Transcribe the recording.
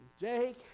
Jake